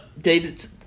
David